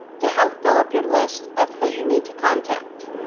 to help fill up your list of who you need to contact.